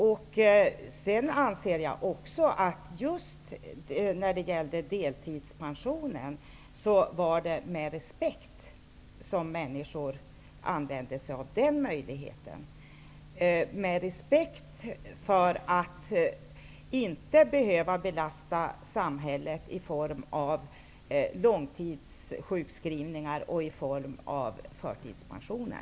Jag anser också att delpensionen var något som människor använde sig av med respekt, för att inte belasta samhället med långtidssjukskrivningar och förtidspensioner.